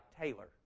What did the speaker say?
Taylor